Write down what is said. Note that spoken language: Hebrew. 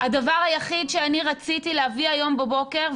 הדבר היחיד שאני רציתי להביא היום בבוקר,